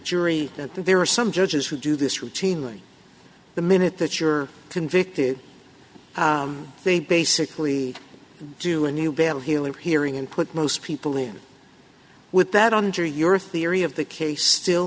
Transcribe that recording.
jury there are some judges who do this routinely the minute that you're convicted they basically do a new bail here and hearing and put most people in with that under your theory of the case still